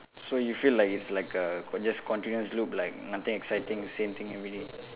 so you feel like it's like a just continuous loop like nothing exciting same thing everyday